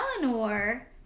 Eleanor